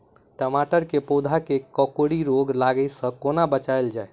टमाटर केँ पौधा केँ कोकरी रोग लागै सऽ कोना बचाएल जाएँ?